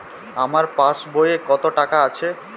আমার পাসবই এ কত টাকা আছে?